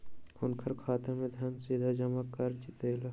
हुनकर खाता में धन सीधा जमा कअ दिअ